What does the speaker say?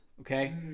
okay